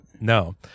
No